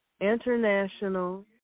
international